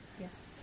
Yes